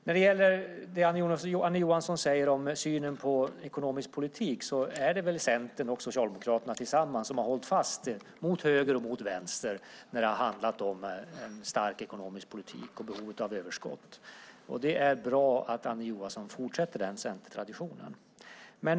När det gäller det som Annie Johansson säger om synen på ekonomisk politik är det väl Centern och Socialdemokraterna som tillsammans hållit emot till både höger och vänster när det handlat om en stark ekonomisk politik och behovet av överskott. Det är bra att Annie Johansson för vidare den centertraditionen.